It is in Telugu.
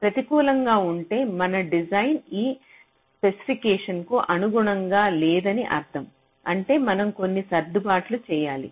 ప్రతికూలంగా ఉంటే మన డిజైన్ ఈ స్పెసిఫికేషన్కు అనుగుణంగా లేదని అర్థం అంటే మనం కొన్ని సర్దుబాట్లు చేయాలి